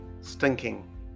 stinking